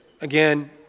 Again